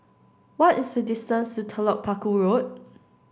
what is the distance to Telok Paku Road